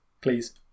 Please